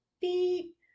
beep